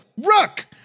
Rook